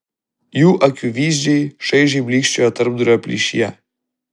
jų akių vyzdžiai šaižiai blykčiojo tarpdurio plyšyje